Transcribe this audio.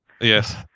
Yes